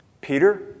Peter